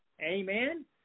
Amen